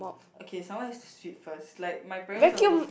okay someone has to sweep first like my parents always